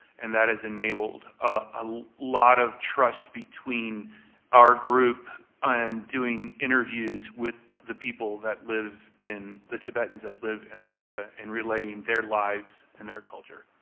and that has enabled a lot of trust between our group and doing interviews with the people that live in the tibetans that live in lhasa and relaying their lives and their culture.